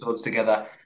together